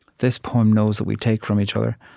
this poem knows that we take from each other.